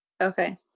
Okay